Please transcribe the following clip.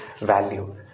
value